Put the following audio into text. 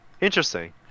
Interesting